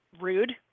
rude